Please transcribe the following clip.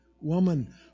woman